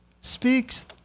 speaks